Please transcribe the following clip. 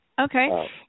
Okay